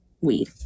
weed